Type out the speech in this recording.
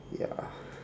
ya